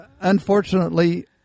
unfortunately